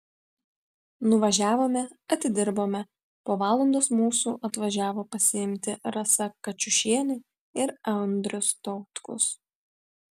nuvažiavome atidirbome po valandos mūsų atvažiavo pasiimti rasa kačiušienė ir andrius tautkus